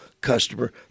customer